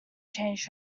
changed